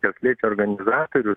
kas liečia organizatorius